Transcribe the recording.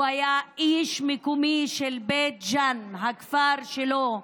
הוא היה איש מקומי של בית ג'ן, הכפר שלו.